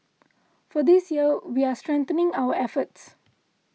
for this year we're strengthening our efforts